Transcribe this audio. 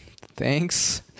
thanks